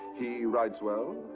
he writes well?